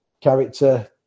character